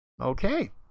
okay